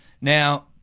Now-